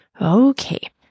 okay